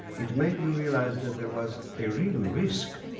it made you realize that there was a real risk,